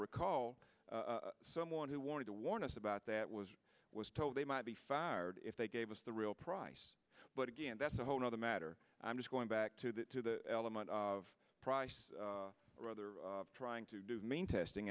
recall someone who wanted to warn us about that was was told they might be fired if they gave us the real price but again that's a whole nother matter i'm just going back to that to the element of price rather trying to do mean testing